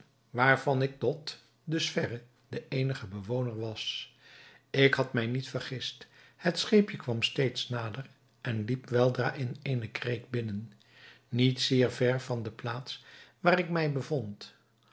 waarvan ik tot dus verre de eenige bewoner was ik had mij niet vergist het scheepje kwam steeds nader en liep weldra in eene kreek binnen niet zeer ver van de plaats waar ik mij bevond